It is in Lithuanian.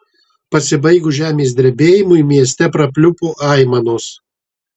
pasibaigus žemės drebėjimui mieste prapliupo aimanos